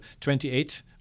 28